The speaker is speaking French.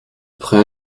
prêt